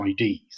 IDs